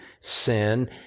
sin